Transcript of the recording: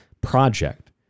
project